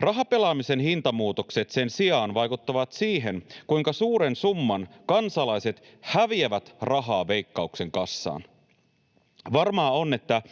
Rahapelaamisen hintamuutokset sen sijaan vaikuttavat siihen, kuinka suuren summan kansalaiset häviävät rahaa Veikkauksen kassaan. Varmaa on, että